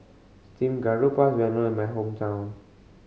steamed garoupa is well known in my hometown